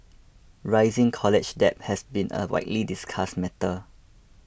rising college debt has been a widely discussed matter